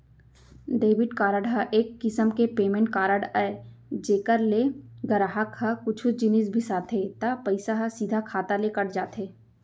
debit card ह एक किसम के पेमेंट कारड अय जेकर ले गराहक ह कुछु जिनिस बिसाथे त पइसा ह सीधा खाता ले कट जाथे